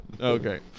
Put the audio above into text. okay